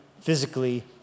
physically